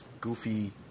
goofy